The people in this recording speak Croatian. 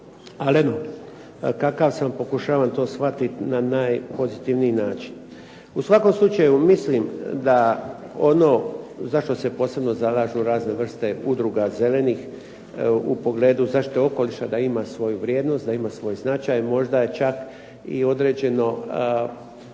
evo kakav sam pokušavam to shvatiti na najpozitivniji način. U svakom slučaju mislim da ono za što se posebno zalažu razne vrste udruga zelenih u pogledu zaštite okoliša da ima svoju vrijednost, da ima svoj značaj možda je čak i određeno